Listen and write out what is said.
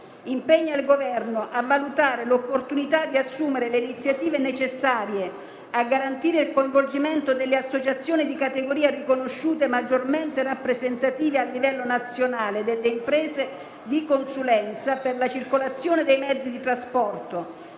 «impegna il Governo a valutare l'opportunità di assumere le iniziative necessarie a garantire il coinvolgimento delle associazioni di categoria riconosciute maggiormente rappresentative a livello nazionale delle imprese di consulenza per la circolazione dei mezzi di trasporto,